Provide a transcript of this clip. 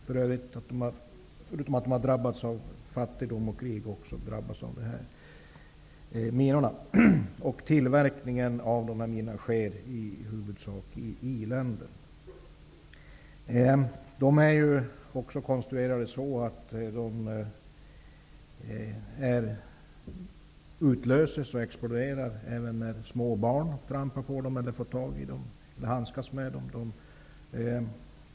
Förutom att de har drabbats av fattigdom och krig, drabbas de även av minorna. Tillverkningen av minorna sker i huvudsak i i-länder. Minorna är konstruerade så att de utlöses och exploderar även när små barn trampar på dem eller handskas med dem.